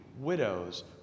widows